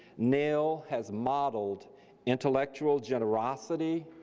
nell has modeled intellectual generosity,